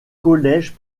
collège